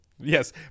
Yes